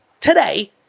Today